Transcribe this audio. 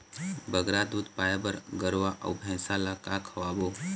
बगरा दूध पाए बर गरवा अऊ भैंसा ला का खवाबो?